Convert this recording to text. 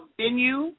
venue